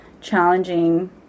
challenging